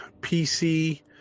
PC